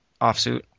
offsuit